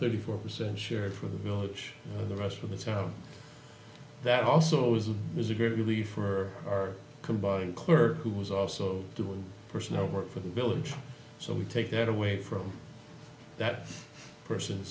thirty four percent share for the village you know the rest of the town that also was a was a great relief for our combined clerk who was also doing personal work for the village so we take that away from that person